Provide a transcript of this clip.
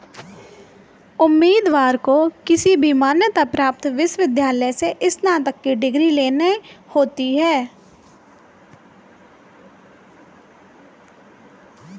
उम्मीदवार को किसी भी मान्यता प्राप्त विश्वविद्यालय से स्नातक की डिग्री लेना होती है